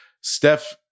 Steph